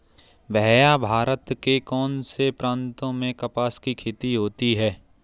भैया भारत के कौन से प्रांतों में कपास की खेती होती है?